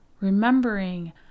remembering